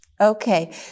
Okay